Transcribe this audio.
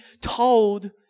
told